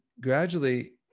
gradually